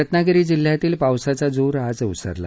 रत्नागिरी जिल्ह्यातील पावसाचा जोर आज ओसरला